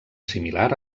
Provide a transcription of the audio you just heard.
similar